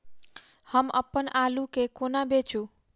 हम अप्पन आलु केँ कोना बेचू?